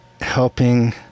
helping